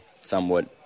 somewhat